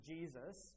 Jesus